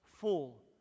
full